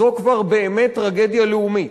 זו כבר באמת טרגדיה לאומית.